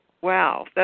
Wow